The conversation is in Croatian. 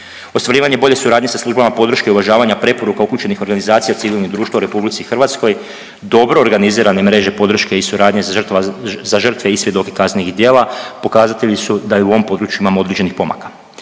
Ostvarivanje bolje suradnje sa službama podrške i uvažavanja preporuka upućenih organizacijama civilnog društva u RH, dobro organizirane mreže podrške i suradnje za žrtve i svjedoke kaznenih djela pokazatelji su da i u ovom području imamo određenih pomaka.